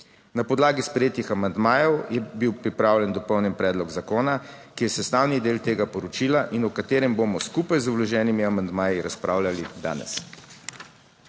Na podlagi sprejetih amandmajev je bil pripravljen dopolnjen predlog zakona, ki je sestavni del tega poročila in o katerem bomo skupaj z vloženimi amandmaji razpravljali danes.